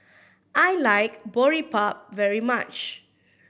I like Boribap very much